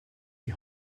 die